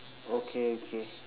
okay okay